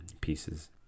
pieces